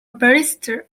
barrister